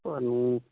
ਤੁਹਾਨੂੰ